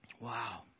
Wow